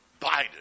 Biden